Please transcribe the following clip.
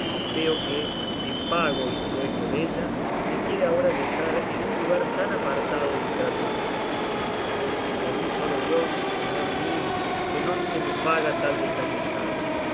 veo que en pago y trueco della me quiere ahora dejar en un lugar tan apartado del trato humano por un solo dios señor mío que non se me faga tal desaguisado